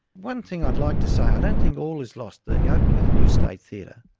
one thing i'd like to say, i ah don't think all is lost. the yeah opening of the new state theatre,